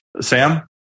Sam